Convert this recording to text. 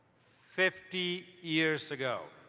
fifty years ago,